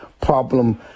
problem